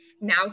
Now